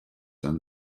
and